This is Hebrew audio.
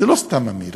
זו לא סתם אמירה.